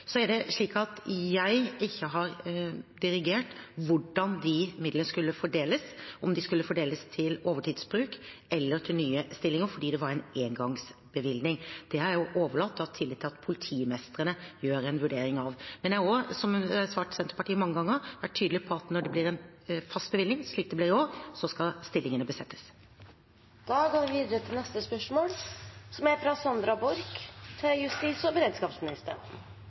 Så er det slik at jeg ikke har dirigert hvordan de midlene skulle fordeles – om de skulle fordeles til overtidsbruk eller til nye stillinger – fordi det var en engangsbevilgning. Dette har jeg overlatt og har tillit til at politimestrene gjør en vurdering av. Jeg har også – som jeg har svart Senterpartiet mange ganger – vært tydelig på at når det blir en fast bevilgning, slik det ble i år, skal stillingene besettes. «I politidistriktene Øst og Sør-Øst er responstidkravene for politiet henholdsvis 22 og 24 minutter til